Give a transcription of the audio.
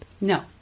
No